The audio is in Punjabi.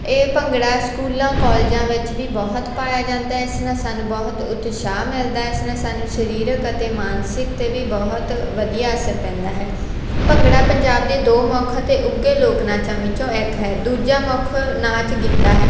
ਇਹ ਭੰਗੜਾ ਸਕੂਲਾਂ ਕਾਲਜਾਂ ਵਿੱਚ ਵੀ ਬਹੁਤ ਪਾਇਆ ਜਾਂਦਾ ਇਸ ਨਾਲ ਸਾਨੂੰ ਬਹੁਤ ਉਤਸ਼ਾਹ ਮਿਲਦਾ ਇਸ ਨਾਲ ਸਾਨੂੰ ਸਰੀਰਕ ਅਤੇ ਮਾਨਸਿਕ 'ਤੇ ਵੀ ਬਹੁਤ ਵਧੀਆ ਅਸਰ ਪੈਂਦਾ ਹੈ ਭੰਗੜਾ ਪੰਜਾਬ ਦੇ ਦੋ ਮੁੱਖ ਅਤੇ ਉੱਘੇ ਲੋਕ ਨਾਚਾਂ ਵਿੱਚੋਂ ਇੱਕ ਹੈ ਦੂਜਾ ਮੁੱਖ ਨਾਚ ਗਿੱਦਾ ਹੈ